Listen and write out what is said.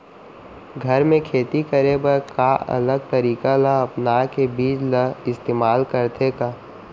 घर मे खेती करे बर का अलग तरीका ला अपना के बीज ला इस्तेमाल करथें का?